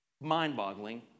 mind-boggling